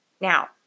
Now